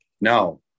No